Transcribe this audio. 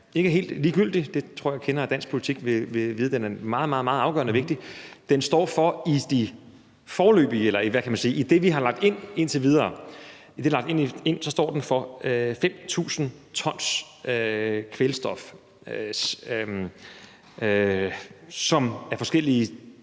ikke helt ligegyldig. Jeg tror, at kendere af dansk politik vil vide, at den er meget, meget afgørende vigtig. I det, vi indtil videre har lagt ind, står den for 5.000 t kvælstof, som af forskellige